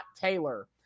Taylor